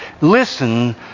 Listen